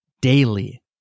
daily